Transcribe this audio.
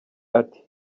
ati